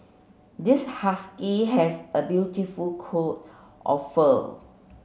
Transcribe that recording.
this husky has a beautiful coat of fur